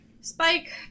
Spike